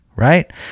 Right